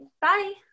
Bye